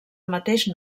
mateix